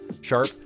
Sharp